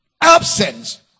Absence